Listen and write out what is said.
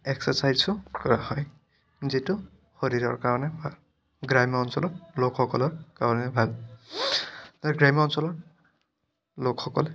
এক্সাৰচাইজো কৰা হয় যিটো শৰীৰৰ কাৰণে ভাল গ্ৰাম্য অঞ্চলত লোকসকলৰ কাৰণে ভাল আৰু গ্ৰাম্য অঞ্চলৰ লোকসকলে